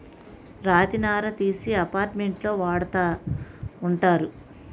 రాతి నార తీసి అపార్ట్మెంట్లో వాడతా ఉంటారు